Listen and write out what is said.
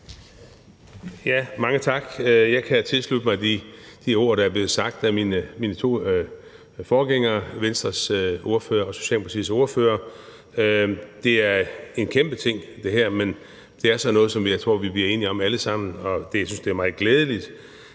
Mange tak. Jeg kan tilslutte mig de ord, der er blevet sagt af mine to forgængere, Venstres ordfører og Socialdemokratiets ordfører. Det her er en kæmpe ting, men det er noget, som jeg tror vi bliver enige om alle sammen, og jeg synes, det er meget glædeligt,